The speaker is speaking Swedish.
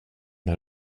när